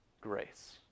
grace